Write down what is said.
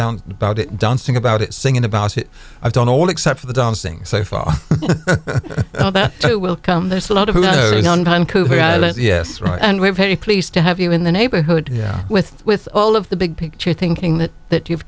down about it dancing about it singing about it i don't know well except for the dancing so far that will come there's a lot of you know yes right and we've had a pleased to have you in the neighborhood yeah with with all of the big picture thinking that that you've